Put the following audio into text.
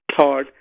thought